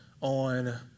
on